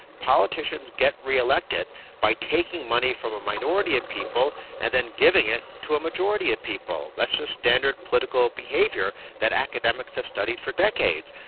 politicians get re-elected by taking money from a minority of people and then giving it to a majority of people. that's just standard political behaviour that academics have studied for decades.